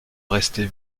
rester